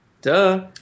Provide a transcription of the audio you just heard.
duh